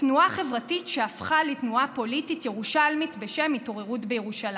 תנועה חברתית שהפכה לתנועה פוליטית ירושלמית בשם התעוררות בירושלים.